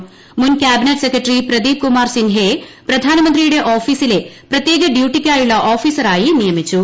മ്മുൻ cabinet secretary Pradeep Kumar സിൻഹയെ പ്രധാനമന്ത്രിയുടെ ഓഫീസില്ലെ പ്രത്യേക ഡ്യൂട്ടിയ്ക്കായുള്ള ഓഫീസറായി നിയമിച്ചു